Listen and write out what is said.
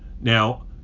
Now